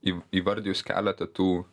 įv įvardijus keletą tų